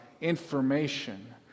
information